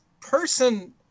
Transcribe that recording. person